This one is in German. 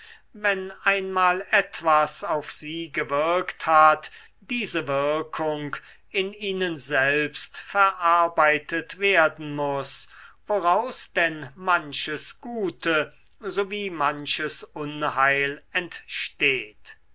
wenn einmal etwas auf sie gewirkt hat diese wirkung in ihnen selbst verarbeitet werden muß woraus denn manches gute sowie manches unheil entsteht